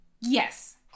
Yes